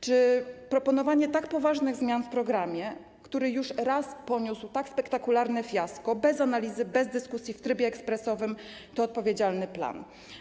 Czy proponowanie tak poważnych zmian w programie, który już raz poniósł tak spektakularne fiasko, bez analizy, bez dyskusji, w trybie ekspresowym to odpowiedzialny plan?